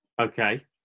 Okay